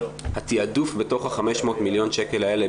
התיעדוף בתוך ה-500 מיליון שקל האלה,